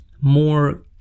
more